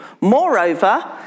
Moreover